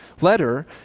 letter